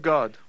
God